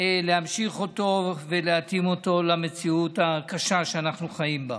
להמשיך אותו ולהתאים אותו למציאות הקשה שאנחנו חיים בה.